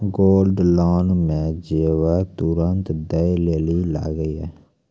Gold loan मे जेबर तुरंत दै लेली लागेया?